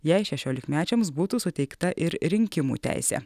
jei šešiolikmečiams būtų suteikta ir rinkimų teisė